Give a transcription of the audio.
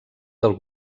del